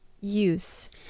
use